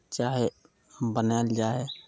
चाहे बनायल जाइ हइ